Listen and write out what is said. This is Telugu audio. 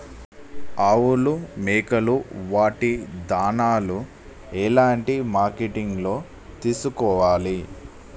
ఆవులు మేకలు వాటి దాణాలు ఎలాంటి మార్కెటింగ్ లో తీసుకోవాలి?